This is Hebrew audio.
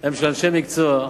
הם של אנשי מקצוע,